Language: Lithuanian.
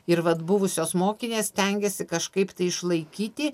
ir vat buvusios mokinės stengėsi kažkaip išlaikyti